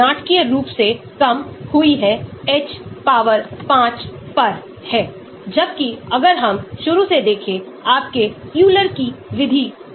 aryl amines जैसा कि आप देख सकते हैं कि हमारे यहाँ नाइट्रोजन है और इसीलिए हम Aryl amines कहते हैं तो हमारे यहाँ halo यौगिक हैं